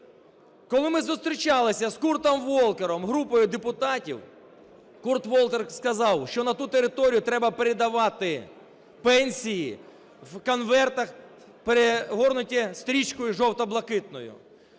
Коли ми зустрічалися з Куртом Волкером групою депутатів, Курт Волкер сказав, що на ту територію треба передавати пенсії в конвертах, перегорнутих стрічкою жовто-блакитною.